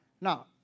Now